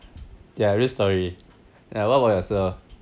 ya real story ya what about yourself